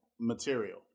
material